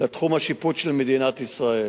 לתחום השיפוט של מדינת ישראל.